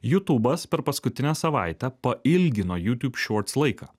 jutūbas per paskutinę savaitę pailgino youtube shorts laiką